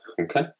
Okay